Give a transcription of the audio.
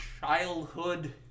childhood